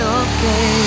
okay